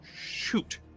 shoot